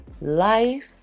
Life